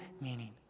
meaning